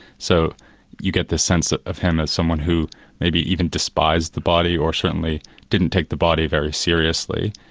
so you get the sense of of him as someone who maybe even despised the body or certainly didn't take the body very seriously.